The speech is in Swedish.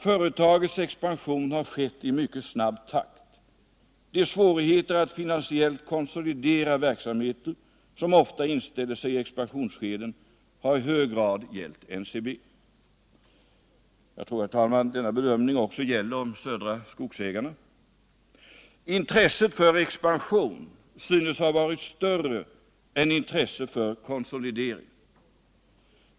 ”Företagets expansion har skett i mycket snabb takt. De svårigheter att Nr 158 finansiellt konsolidera verksamheten som ofta inställer sig i expansionsske Onsdagen den den, har i hög grad gällt NCB.” Jag tror, herr talman, att denna bedömning 31 maj 1978 också gäller om Södra Skogsägarna. Intresset för expansion synes ha varit större än intresset för konsolidering.